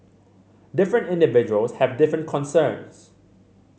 different individuals have different concerns